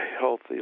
healthy